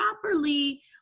properly